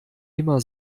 immer